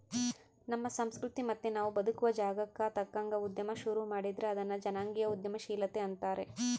ನಮ್ಮ ಸಂಸ್ಕೃತಿ ಮತ್ತೆ ನಾವು ಬದುಕುವ ಜಾಗಕ್ಕ ತಕ್ಕಂಗ ಉದ್ಯಮ ಶುರು ಮಾಡಿದ್ರೆ ಅದನ್ನ ಜನಾಂಗೀಯ ಉದ್ಯಮಶೀಲತೆ ಅಂತಾರೆ